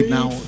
now